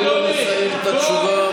תנו לו לסיים את התשובה.